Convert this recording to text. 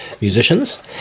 musicians